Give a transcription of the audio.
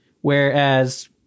Whereas